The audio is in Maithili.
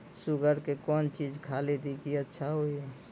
शुगर के कौन चीज खाली दी कि अच्छा हुए?